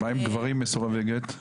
מה עם גברים מסורבי גט?